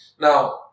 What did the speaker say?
Now